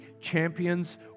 champions